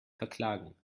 verklagen